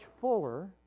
fuller